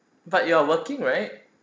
but you are working right